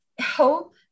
hope